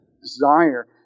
desire